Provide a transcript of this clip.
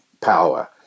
power